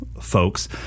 folks